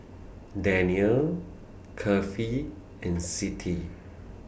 Daniel Kefli and Siti